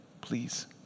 Please